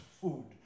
food